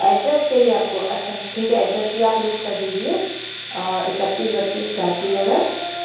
address चाहिए आप को अच्छा ठीक है एड्रेस भी आप नोट कर लीजिए इकत्तीस बत्तीस गायत्री नगर